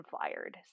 fired